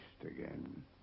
again